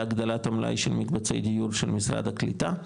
להגבלת המלאי של מקבצי דיור של משרד הקליטה,